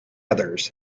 others